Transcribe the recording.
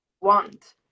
want